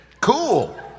Cool